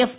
F